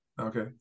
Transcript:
Okay